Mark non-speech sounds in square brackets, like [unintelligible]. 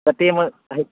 कतेमे [unintelligible]